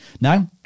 Now